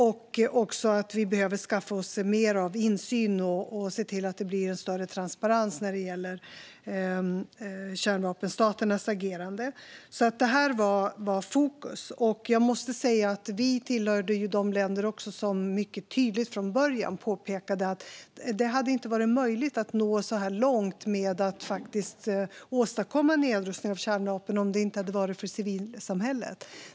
Vi behöver också skaffa oss mer insyn och se till att det blir större transparens när det gäller kärnvapenstaternas agerande. Här var fokus. Jag måste också säga att vi hör till de länder som från början mycket tydligt påpekade att det inte hade varit möjligt att nå så här långt med att åstadkomma nedrustning av kärnvapen om det inte hade varit för civilsamhället.